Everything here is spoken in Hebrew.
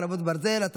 חרבות ברזל) (הארכת זכאות),